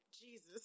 Jesus